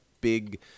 big